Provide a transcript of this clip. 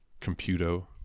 computo